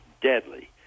deadly